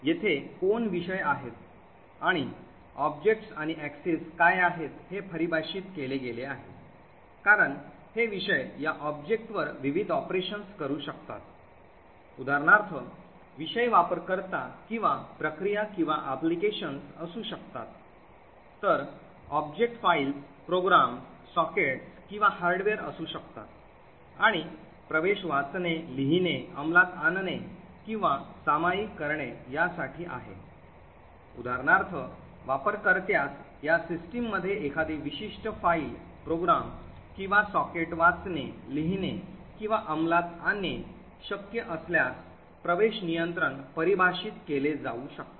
येथे कोण विषय आहेत आणि ऑब्जेक्ट्स आणि access काय आहेत हे परिभाषित केले गेले आहे कारण हे विषय या ऑब्जेक्टवर विविध ऑपरेशन्स करू शकतात उदाहरणार्थ विषय वापरकर्ता किंवा प्रक्रिया किंवा applications असू शकतात तर ऑब्जेक्ट फाइल्स प्रोग्राम्स सॉकेट्स किंवा हार्डवेअर असू शकतात आणि प्रवेश वाचणे लिहिणे अंमलात आणणे किंवा सामायिक करणे यासाठी आहे उदाहरणार्थ वापरकर्त्यास या सिस्टममध्ये एखादी विशिष्ट फाईल प्रोग्राम किंवा सॉकेट वाचणे लिहणे किंवा अंमलात आणणे शक्य असल्यास access control परिभाषित केले जाऊ शकते